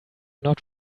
not